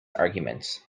arrangements